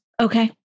Okay